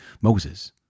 Moses